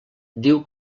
diu